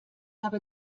habe